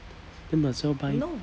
then might as well buy